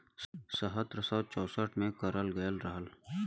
सत्रह सौ चौंसठ में करल गयल रहल